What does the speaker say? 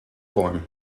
form